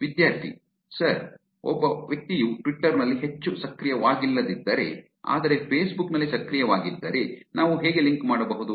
ವಿದ್ಯಾರ್ಥಿ ಸರ್ ಒಬ್ಬ ವ್ಯಕ್ತಿಯು ಟ್ವಿಟ್ಟರ್ ನಲ್ಲಿ ಹೆಚ್ಚು ಸಕ್ರಿಯವಾಗಿಲ್ಲದಿದ್ದರೆ ಆದರೆ ಫೇಸ್ ಬುಕ್ ನಲ್ಲಿ ಸಕ್ರಿಯವಾಗಿದ್ದರೆ ನಾವು ಹೇಗೆ ಲಿಂಕ್ ಮಾಡಬಹುದು